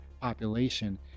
population